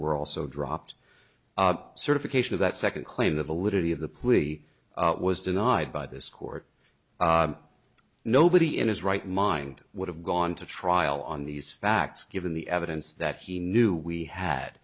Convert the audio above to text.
were also dropped the certification of that second claim the validity of the plea was denied by this court nobody in his right mind would have gone to trial on these facts given the evidence that he knew we had